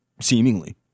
Seemingly